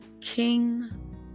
King